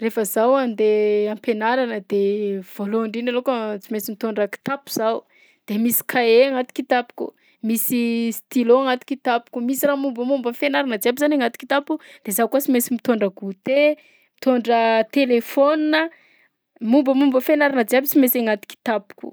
Rehefa zaho andeha am-pianarana de voalohany indrindra alohaka tsy maintsy mitondra kitapo zaho, de misy kahie agnaty kitapoko, misy stylo agnaty kitapoko, misy raha mombamomba fianarana jiaby zany agnaty kitapo, de zaho koa sy mainsy mitondra goûter, mitondra telefaonina, mombamomba fianarana jiaby sy mainsy agnaty kitapoko.